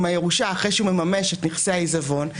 הירושה אחרי שהוא מממש את נכסי העיזבון,